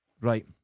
right